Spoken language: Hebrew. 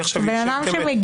ממתינה.